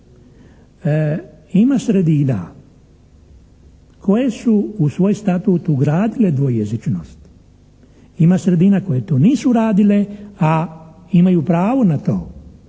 Ima sredina koje su u svoj statut ugradile dvojezičnost, ima sredina koje to nisu uradile a imaju pravo na to.